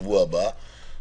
בשבוע הבא,